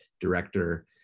director